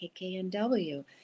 KKNW